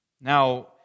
Now